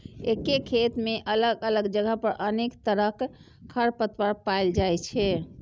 एके खेत मे अलग अलग जगह पर अनेक तरहक खरपतवार पाएल जाइ छै